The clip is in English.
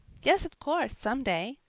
yes, of course, someday.